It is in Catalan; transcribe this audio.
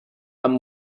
amb